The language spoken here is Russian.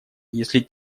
если